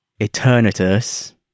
Eternatus